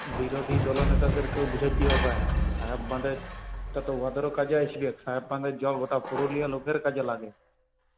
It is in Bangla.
বিরোধী দলনেতাদেরকেও বোঝাতে হবে সাহেব বাঁধেরটা তো ওদেরও কাজে আসবে সাহেব বাঁধের জল গোটা পুরুলিয়া লোকের কাজে লাগে